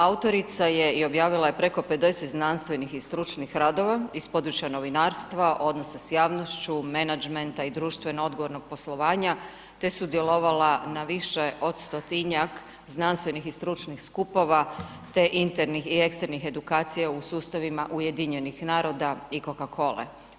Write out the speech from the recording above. Autorica je i objavila je preko 50 znanstvenih i stručnih radova iz područja novinarstva, odnosa s javnošću, menagementa i društveno odgovornog poslovanja te sudjelovala na više od 100-tinjak znanstvenih i stručnih skupova te internih i eksternih edukacija u sustavima UN-a i Coca cole.